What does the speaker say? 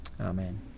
Amen